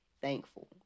thankful